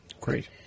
Great